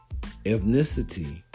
Ethnicity